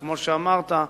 כמו שאמרת,